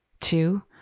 Two